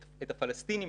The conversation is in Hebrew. את הפלסטינים,